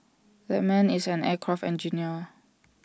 that man is an aircraft engineer